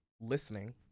Listening